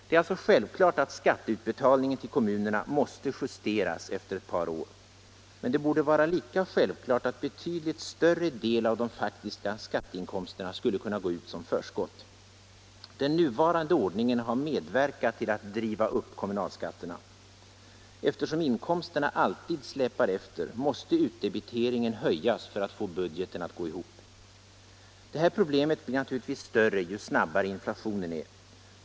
Det är alltså självklart att skatteutbetalningen till kommunerna måste justeras efter ett par år. Men det borde vara lika självklart att betydligt större del av de faktiska skatteinkomsterna skulle kunna gå ut som förskott. Den nuvarande ordningen har medverkat till att driva upp kommunalskatterna. Eftersom inkomsterna alltid släpar efter måste utdebiteringen höjas för att man skall få budgeten att gå ihop. Detta problem blir naturligtvis större ju snabbare inflationen är.